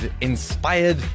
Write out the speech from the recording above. inspired